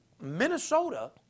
Minnesota